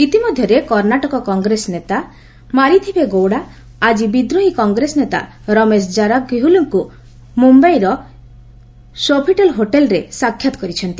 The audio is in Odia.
ଏଥିମଧ୍ୟରେ କର୍ଷ୍ଣାଟକ କଂଗ୍ରେସ ନେତା ମାରିଥିବେ ଗୌଡା ଆଜି ବିଦ୍ରୋହୀ କଂଗ୍ରେସ ନେତା ରମେଶ ଜାରାକିହୋଲି ଙ୍କୁ ମୁମ୍ଭାଇର ସୋଫିଟାରି ହୋଟେଲରେ ସାକ୍ଷାତ କରିଛନ୍ତି